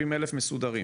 70 אלף מסודרים.